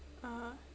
ah